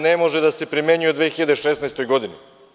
Ne može da se primenjuje u 2016. godini.